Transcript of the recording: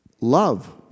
Love